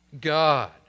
God